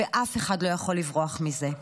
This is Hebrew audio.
ואף אחד לא יכול לברוח מזה.